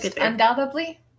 undoubtedly